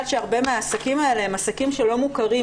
שהרבה מהעסקים האלה הם עסקים שלא מוכרים,